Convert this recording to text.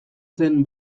zen